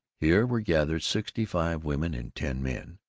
here were gathered sixty-five women and ten men.